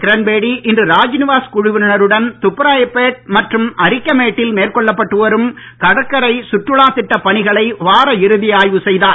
கிரண்பேடி இன்று ராஜ்நிவாஸ் குழுவினருடன் துப்ராயப்பேட் மற்றும் அரிக்கமேட் டில் மேற்கொள்ளப்பட்டு வரும் கடற்கரை சுற்றுலாத் திட்டப் பணிகளை வார இறுதி ஆய்வு செய்தார்